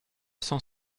cent